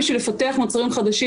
בשביל לפתח מוצרים חדשים,